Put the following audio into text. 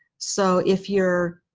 so if you're